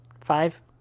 Five